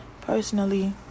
Personally